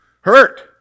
hurt